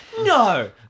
No